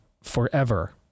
forever